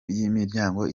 y’imiryango